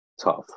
tough